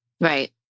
right